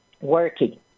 working